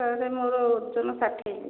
sir ମୋର ଓଜନ ଷାଠିଏ କିଲୋ ଅଛି